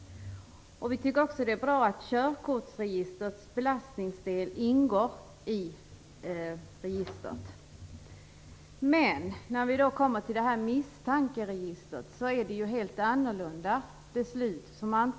Vi tycker också att det är bra att körkortsregistrets belastningsdel ingår i registret. Men det är helt annorlunda beslut som skall antecknas i det här misstankeregistret.